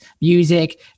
music